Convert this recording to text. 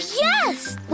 yes